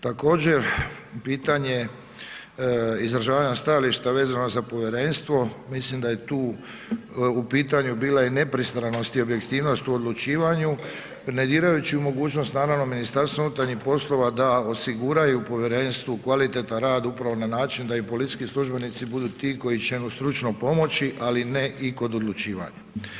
Također pitanje izražavanja stajališta vezano za povjerenstvo, mislim da je tu u pitanju bila i nepristranost i objektivnost u odlučivanju ne dirajući u mogućnost naravno MUP-a da osiguraju povjerenstvu kvalitetan rad upravo na način da i policijski službenici budu ti koji će im stručno pomoći, ali ne i kod odlučivanja.